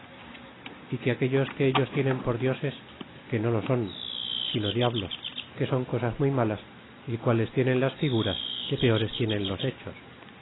y que aquellos que ellos tienen por dioses que no lo son sino diablos que son cosas muy malas y quales tienen las figuras que peores tienen los hechos